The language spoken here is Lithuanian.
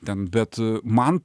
ten bet man